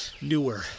newer